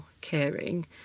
caring